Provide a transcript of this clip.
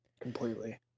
Completely